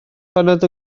paned